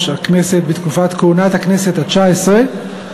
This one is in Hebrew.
הכנסת בתקופת כהונתה של הכנסת התשע-עשרה),